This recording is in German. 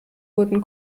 wurden